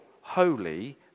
holy